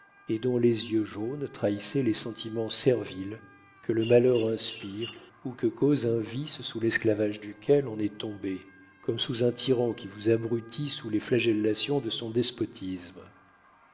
et dont les yeux jaunes trahissaient les sentiments serviles que le malheur inspire ou que cause un vice sous l'esclavage duquel on est tombé comme sous un tyran qui vous abrutit sous les flagellations de son despotisme